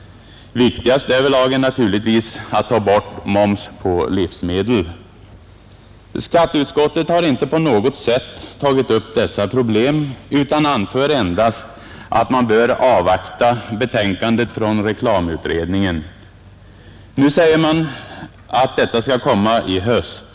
Viktigast därvidlag är naturligtvis att ta bort momsen på livsmedel. Skatteutskottet har inte på något sätt tagit upp dessa problem utan anför endast att man bör avvakta betänkandet från reklamutredningen. Nu säger man att detta skall komma i höst.